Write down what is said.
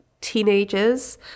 teenagers